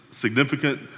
significant